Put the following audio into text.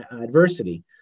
adversity